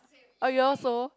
oh you also